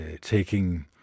taking